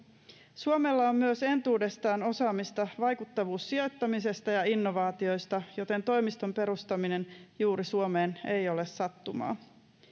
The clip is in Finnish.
suomella on myös entuudestaan osaamista vaikuttavuussijoittamisesta ja innovaatioista joten toimiston perustaminen juuri suomeen ei ole sattumaa